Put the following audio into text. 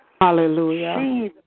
Hallelujah